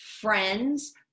friends